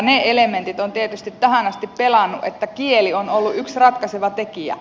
ne elementit ovat tietysti tähän asti pelanneet kieli on ollut yksi ratkaiseva tekijä